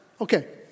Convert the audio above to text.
Okay